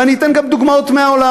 ואני אתן גם דוגמאות מהעולם.